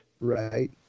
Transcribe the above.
Right